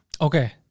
Okay